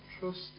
trust